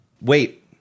Wait